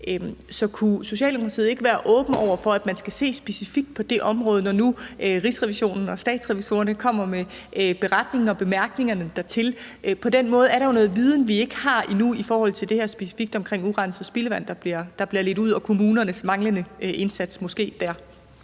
Så kunne Socialdemokratiet ikke være åben over for, at man skal se specifikt på det område, når nu Rigsrevisionen og Statsrevisorerne kommer med en beretning og bemærkningerne dertil? På den måde er der jo noget viden, vi ikke har endnu specifikt i forhold til det her med urenset spildevand, der bliver ledt ud, og kommunernes måske manglende indsats der.